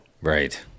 Right